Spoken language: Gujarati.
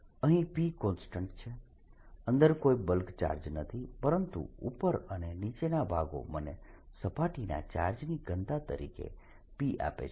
અહીં P કોન્સ્ટન્ટ છે અંદર કોઈ બલ્ક ચાર્જ નથી પરંતુ ઉપર અને નીચેના ભાગો મને સપાટીના ચાર્જની ઘનતા તરીકે P આપે છે